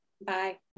Bye